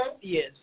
Yes